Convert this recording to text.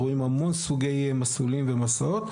רואים המון סוגי מסלולים ומסעות,